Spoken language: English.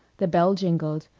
the bell jingled,